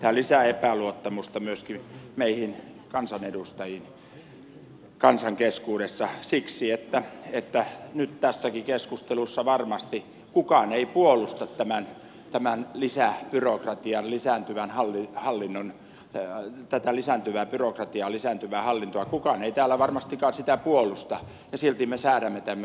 tämä lisää epäluottamusta myöskin meitä kansanedustajia kohtaan kansan keskuudessa siksi että nyt tässäkään keskustelussa varmasti kukaan ei puolusta tänään tämä lisää byrokratian lisääntyvän halli hallin on täällä tätä lisääntyvää byrokratiaa lisääntyvää hallintoa kukaan ei täällä varmastikaan sitä puolusta ja silti me säädämme tämmöisiä lakeja